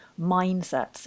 mindsets